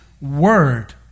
word